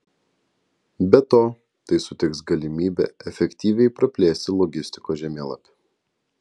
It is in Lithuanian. be to tai suteiks galimybę efektyviai praplėsti logistikos žemėlapį